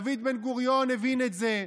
דוד בן-גוריון הבין את זה,